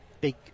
big